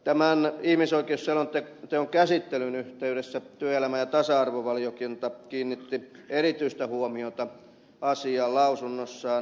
tämän ihmisoikeusselonteon käsittelyn yhteydessä työelämä ja tasa arvovaliokunta kiinnitti erityistä huomiota asiaan lausunnossaan